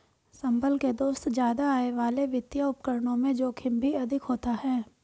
संभल के दोस्त ज्यादा आय वाले वित्तीय उपकरणों में जोखिम भी अधिक होता है